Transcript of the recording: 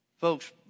Folks